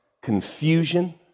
confusion